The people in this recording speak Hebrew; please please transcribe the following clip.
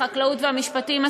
החקלאות והמשפטים.